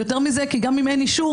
יותר מכך: גם אם אין אישור